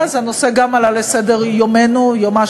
ואז הנושא גם יעלה לסדר-יומנו וסדר-יומה